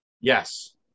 Yes